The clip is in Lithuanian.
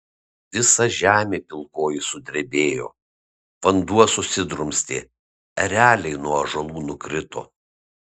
visa žemė pilkoji sudrebėjo vanduo susidrumstė ereliai nuo ąžuolų nukrito